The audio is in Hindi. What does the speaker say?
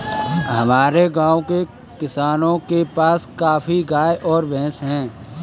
हमारे गाँव के किसानों के पास काफी गायें और भैंस है